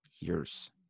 years